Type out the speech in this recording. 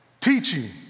teaching